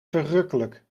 verrukkelijk